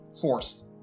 forced